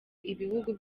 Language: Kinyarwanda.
ibihugu